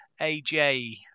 AJ